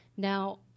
Now